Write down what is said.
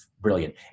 brilliant